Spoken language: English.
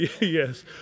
Yes